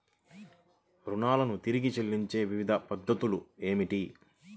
రుణాలను తిరిగి చెల్లించే వివిధ పద్ధతులు ఏమిటి?